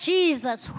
Jesus